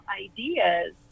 ideas